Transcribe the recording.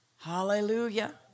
Hallelujah